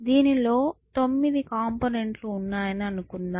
దీనిలో 9 కంపోనెంట్ లు ఉన్నాయని అనుకుందాం